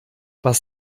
was